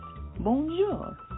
Bonjour